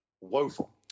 woeful